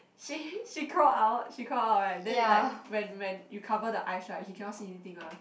she she crawl out she crawl out right then like when when you cover the eyes right he cannot see anything ah